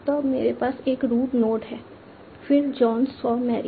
तो अब मेरे पास एक रूट नोड है फिर जॉन सॉ मैरी